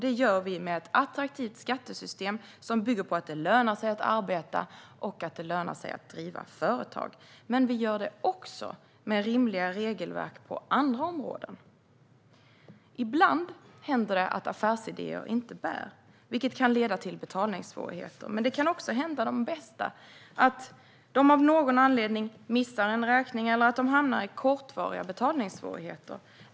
Det gör vi med ett attraktivt skattesystem som bygger på att det lönar sig att arbeta och att det lönar sig att driva företag. Men vi gör det också med rimliga regelverk på andra områden. Ibland händer det att affärsidéer inte bär, vilket kan leda till betalningssvårigheter. Men det kan också hända de bästa att de av någon anledning missar en räkning eller att de hamnar i kortvariga betalningssvårigheter.